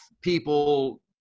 people